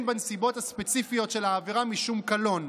בנסיבות הספציפיות של העבירה משום קלון,